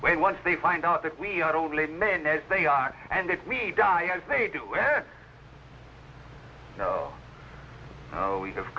when once they find out that we are only men as they are and if we die as they do we have